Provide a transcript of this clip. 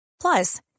Plus